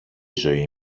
ζωή